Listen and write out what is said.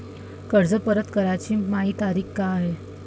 कर्ज परत कराची मायी तारीख का हाय?